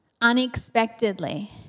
unexpectedly